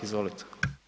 Izvolite.